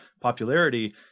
popularity